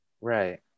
right